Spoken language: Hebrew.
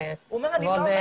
כבוד היושב-ראש.